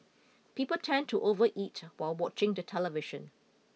people tend to overeat while watching the television